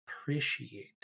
appreciate